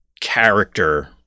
character